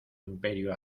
imperio